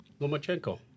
Lomachenko